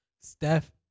Steph